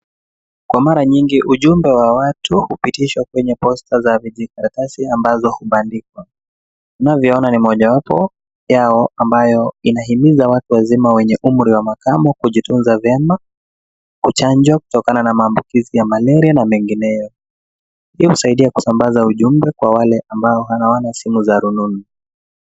Kwa mara nyingi ujumbe wa watu hupitishwa kwenye posta za vijikaratasi ambazo hubandikwa. Tunavyoona ni mojawapo yao ambayo inahimizwa na watu wazima wenye umri ya makamo kujitunza vyema, kuchanjwa kutokana na maambukizi ya malaria na mengineyo. Hii husaidia kusambaza ujumbe kwa wale ambao hawana simu za rununu.